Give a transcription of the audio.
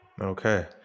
Okay